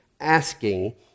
asking